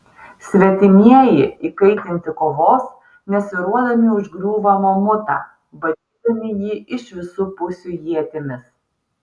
svetimieji įkaitinti kovos nesvyruodami užgriūva mamutą badydami jį iš visų pusių ietimis